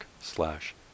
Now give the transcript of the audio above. slash